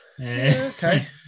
Okay